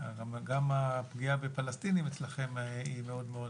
גם הפגיעה בפלסטינים אצלכם היא מאוד מאוד